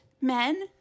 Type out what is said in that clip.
men